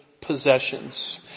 possessions